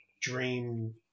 dream